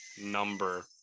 number